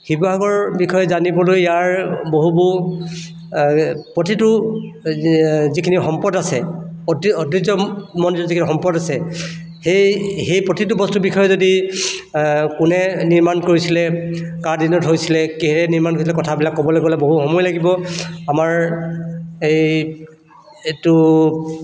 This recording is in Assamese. শিৱসাগৰৰ বিষয়ে জানিবলৈ ইয়াৰ বহু বহু প্ৰতিটো যিখিনি সম্পদ আছে ঐতি ঐতিহ্যমণ্ডিত যিখিনি সম্পদ আছে সেই সেই প্ৰতিটো বস্তুৰ বিষয়ে যদি কোনে নিৰ্মাণ কৰিছিলে কাৰ দিনত হৈছিলে কিহেৰে নিৰ্মাণ কৰিছিলে কথাবিলাক ক'বলৈ গ'লে বহু সময় লাগিব আমাৰ এই এইটো